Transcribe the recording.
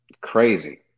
crazy